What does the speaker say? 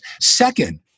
Second